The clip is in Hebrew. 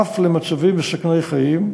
אף למצבים מסכני חיים,